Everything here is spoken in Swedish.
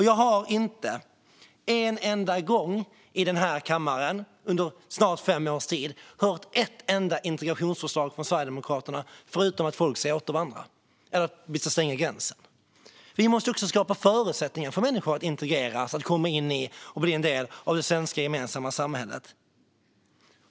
Jag har inte en enda gång i denna kammare under snart fem års tid hört ett enda integrationsförslag från Sverigedemokraterna förutom att folk ska återvandra och att vi ska stänga gränsen. Vi måste skapa förutsättningar för människor att integreras och bli en del av det svenska gemensamma samhället.